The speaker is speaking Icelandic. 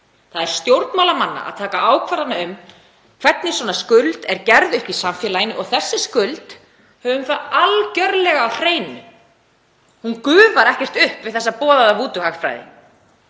Það er stjórnmálamanna að taka ákvarðanir um hvernig svona skuld er gerð upp í samfélaginu, og þessi skuld, höfum það algjörlega á hreinu, gufar ekkert upp við þessa boðuðu vúdú-hagfræði.